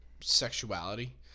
sexuality